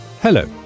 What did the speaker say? Hello